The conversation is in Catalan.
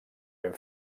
ben